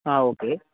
ആ ഓക്കെ